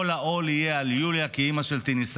כל העול יהיה על יוליה כי היא אימא של טניסאית,